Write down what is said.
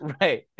right